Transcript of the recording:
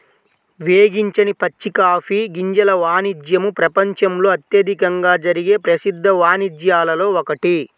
వేగించని పచ్చి కాఫీ గింజల వాణిజ్యము ప్రపంచంలో అత్యధికంగా జరిగే ప్రసిద్ధ వాణిజ్యాలలో ఒకటి